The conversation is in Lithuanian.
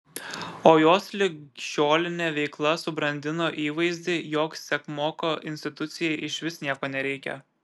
o jos ligšiolinė veikla subrandino įvaizdį jog sekmoko institucijai išvis nieko nereikia